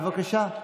בבקשה.